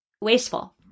wasteful